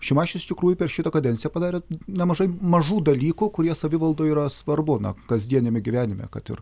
šimašius iš tikrųjų per šitą kadenciją padarė nemažai mažų dalykų kurie savivaldoj yra svarbu kasdieniame gyvenime kad ir